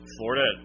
Florida